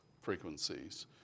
frequencies